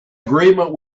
agreement